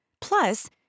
Plus